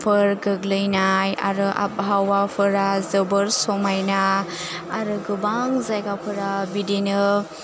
फोर गोग्लैनाय आरो आबहावाफोरा जोबोर समायना आरो गोबां जायगाफोरा बिदिनो